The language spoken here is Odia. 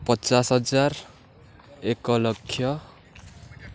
ପଚାଶ ହଜାର ଏକ ଲକ୍ଷ